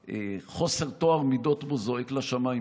שחוסר טוהר מידות בו זועק לשמיים,